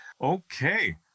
Okay